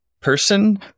person